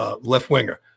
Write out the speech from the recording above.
left-winger